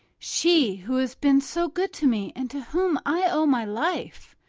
she who has been so good to me and to whom i owe my life!